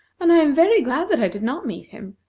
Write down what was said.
and i am very glad that i did not meet him.